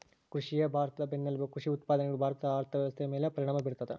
ಕೃಷಿಯೇ ಭಾರತದ ಬೆನ್ನೆಲುಬು ಕೃಷಿ ಉತ್ಪಾದನೆಗಳು ಭಾರತದ ಅರ್ಥವ್ಯವಸ್ಥೆಯ ಮೇಲೆ ಪರಿಣಾಮ ಬೀರ್ತದ